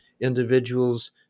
individuals